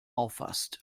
auffasst